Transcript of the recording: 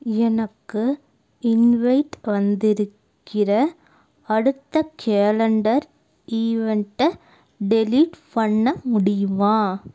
எனக்கு இன்வைட் வந்திருக்கிற அடுத்த கேலண்டர் ஈவென்ட்ட டெலீட் பண்ண முடியுமா